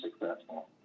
successful